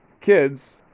kids